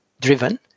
driven